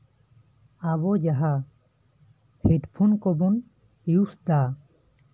ᱟᱵᱚ ᱡᱟᱦᱟᱸ ᱦᱮᱰᱯᱷᱳᱱ ᱠᱚᱵᱚᱱ ᱭᱩᱥ ᱫᱟ